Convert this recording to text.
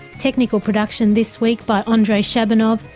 technical production this week by andrei shabunov,